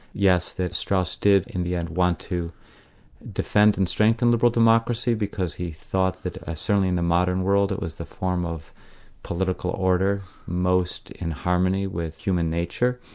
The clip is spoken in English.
yes, that strauss gave in the end one to defend and strengthen liberal democracy because he thought that certainly in the modern world it was the form of political order most in harmony with human nature,